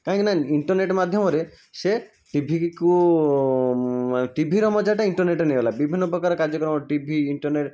କାହିଁକିନା ଇଣ୍ଟର୍ନେଟ୍ ମାଧ୍ୟମରେ ସେ ଟିଭିକୁ ଟିଭିର ମଜାଟା ଇଣ୍ଟର୍ନେଟ୍ ନେଇଗଲା ବିଭିନ୍ନ ପ୍ରକାର କାର୍ଯ୍ୟକ୍ରମ ଟିଭି ଇଣ୍ଟର୍ନେଟ୍